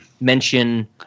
mention